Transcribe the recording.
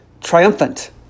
triumphant